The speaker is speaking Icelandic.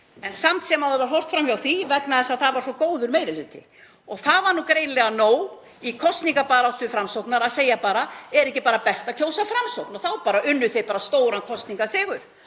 Samt sem áður var horft fram hjá því vegna þess að það var svo góður meiri hluti. Og það var greinilega nóg í kosningabaráttu Framsóknar að segja bara: Er ekki bara best að kjósa Framsókn? Þá unnu þeir stóran kosningasigur.